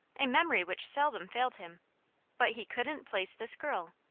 a memory which seldom failed him but he couldn't place this girl.